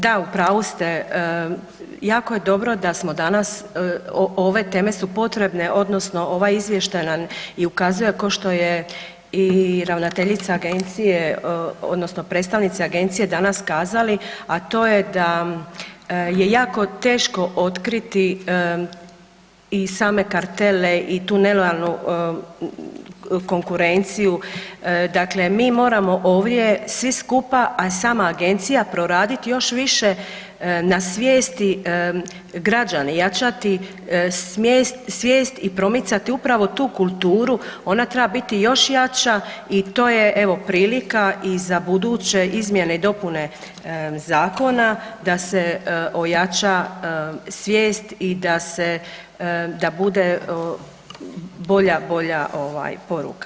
Da, u pravu ste, jako je dobro da smo danas, ove teme su potrebne odnosno ovaj Izvještaj nam i ukazuje, kao što je i ravnateljica Agencije, odnosno predstavnici Agencije danas kazali, a to je da je jako teško otkriti i same kartele i tu nelojalnu konkurenciju, dakle mi moramo ovdje svi skupa, a i sama Agencija, proraditi još više na svijesti građana, jačati svijest i promicati upravo tu kulturu, ona treba biti još jača i to je, evo, prilika i za buduće izmjene i dopune zakona, da se ojača svijest i da se, da bude bolja, bolja, poruka.